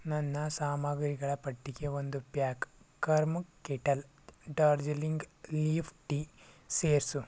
ನನ್ನ ಸಾಮಗ್ರಿಗಳ ಪಟ್ಟಿಗೆ ಒಂದು pack Karma Kettle Darjeeling leaf tea ಸೇರಿಸು